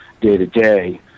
day-to-day